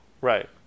Right